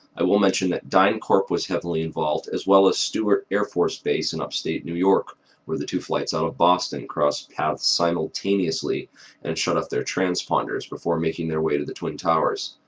i will mention that dyncorp was heavily involved as well as stewart air force base in upstate new york where the two flights our of boston crossed paths simultaneously and shut off their transponders before making their way to the twin towers.